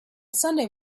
sunday